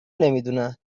نمیدونند